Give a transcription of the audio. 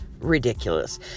ridiculous